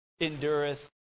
endureth